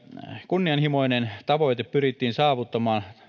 kunnianhimoinen tavoite pyrittiin saavuttamaan